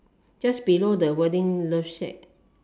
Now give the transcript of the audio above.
just below the wording love shack